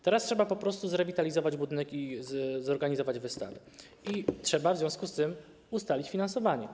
Teraz trzeba po prostu zrewitalizować budynek i zorganizować wystawę, a w związku z tym - ustalić finansowanie.